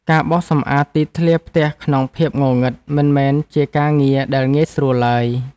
ការបោសសម្អាតទីធ្លាផ្ទះក្នុងភាពងងឹត មិនមែនជាការងារដែលងាយស្រួលឡើយ។